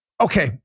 okay